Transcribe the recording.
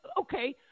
okay